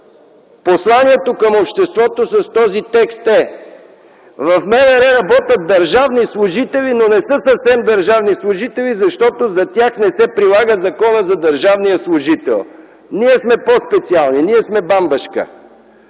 Посланието към обществото с този текст е: в МВР работят държавни служители, но не са съвсем държавни служители, защото за тях не се прилага Законът за държавния служител. Ние сме по-специално, ние сме бамбашка!